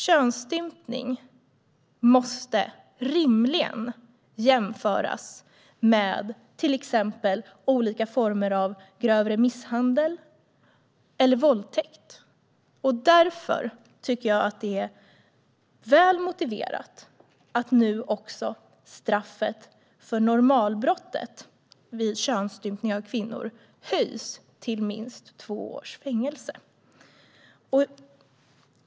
Könsstympning måste rimligen jämföras med till exempel olika former av grov misshandel eller våldtäkt. Därför tycker jag att det är väl motiverat att straffet för normalbrottet vid könsstympning av kvinnor nu höjs till minst två års fängelse.